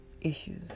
issues